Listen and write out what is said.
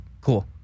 cool